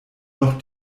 noch